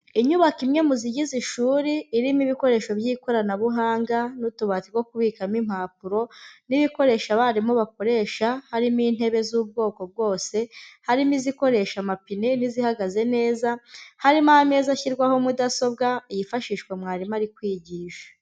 Inyubako imwe mu zigize ishuri, irimo ibikoresho by'ikoranabuhanga n'utubati two kubikamo impapuro n'ibikoresho abarimu bakoresha harimo intebe z'ubwoko bwose, harimo izikoresha amapine n'izihagaze neza, harimo ameza ashyirwaho mudasobwa yifashishwa mwarimu ari kwigisha.